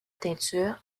teinture